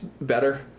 better